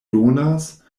donas